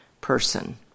person